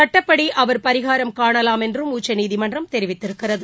சட்டப்படி அவர் பரிகாரம் காணலாம் என்றும் உச்சநீதிமன்றம் தெரிவித்திருக்கிறது